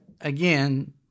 again